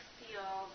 feel